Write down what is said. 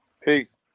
Peace